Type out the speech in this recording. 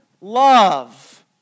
love